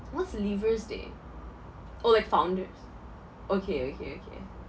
what's a leavers' day oh like founders okay okay okay